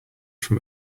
from